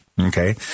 okay